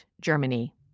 Germany